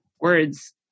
words